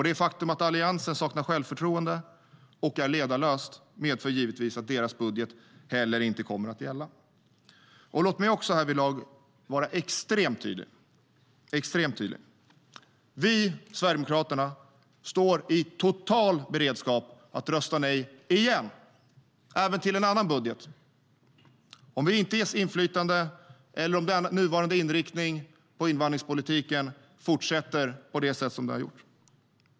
Det faktum att Alliansen saknar självförtroende och är ledarlöst medför givetvis att deras budget inte heller kommer att gälla. Låt mig härvidlag vara extremt tydlig: Vi, Sverigedemokraterna, står i total beredskap att rösta nej igen, även till en annan budget, om vi inte ges inflytande eller om nuvarande inriktning på invandringspolitiken fortsätter på det sätt som den har gjort.